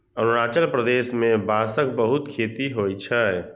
अरुणाचल प्रदेश मे बांसक बहुत खेती होइ छै